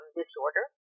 disorder